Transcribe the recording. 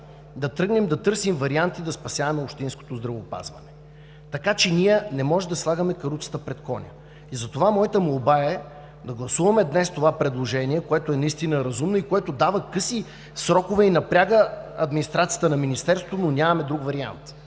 да тръгнем да търсим варианти да спасяваме общинското здравеопазване, така че ние не можем да слагаме каруцата пред коня. Затова моята молба е да гласуваме днес това предложение, което е наистина разумно и което дава къси срокове и напряга администрацията на Министерството, но нямаме друг вариант.